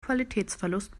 qualitätsverlust